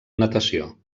natació